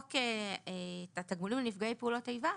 בחוק תגמול לנפגעי פעולות איבה,